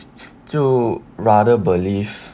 就 rather believe